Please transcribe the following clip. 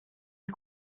est